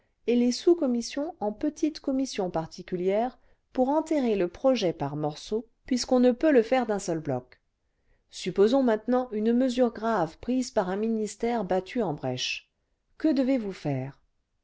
et les sous commissions en petites commissions particulières pour enterrer le projet par morceaux puisqu'on ne peut le faire d'un seul bloc supposons maintenant une mesure grave prise par un ministère battu en brèche que devez-vous faire